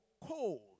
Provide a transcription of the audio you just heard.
cold